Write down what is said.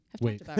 Wait